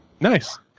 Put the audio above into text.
Nice